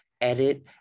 edit